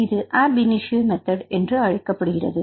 இது ab initio என அழைக்கப்படுகிறது